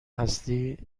هستی